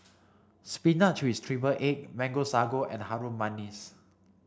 spinach with triple egg mango sago and Harum Manis